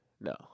No